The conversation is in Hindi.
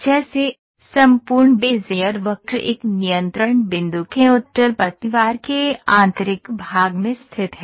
जैसे संपूर्ण बेज़ियर वक्र एक नियंत्रण बिंदु के उत्तल पतवार के आंतरिक भाग में स्थित है